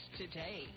today